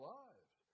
lives